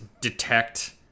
detect